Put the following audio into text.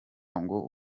ngo